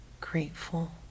grateful